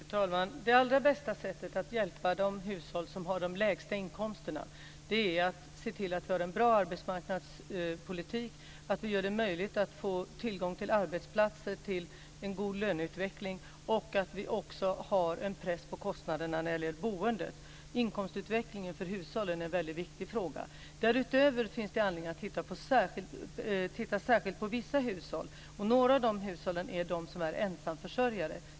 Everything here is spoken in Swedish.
Fru talman! Det allra bästa sättet att hjälpa de hushåll som har de lägsta inkomsterna är att se till att vi har en bra arbetsmarknadspolitik, att man får tillgång till arbetsplatser och att man får en god löneutveckling, och att vi också har en press på kostnaderna när det gäller boendet. Inkomstutvecklingen för hushållen är en väldigt viktig fråga. Därutöver finns det anledning att titta särskilt på vissa hushåll. Några av de hushållen är de med ensamförsörjare.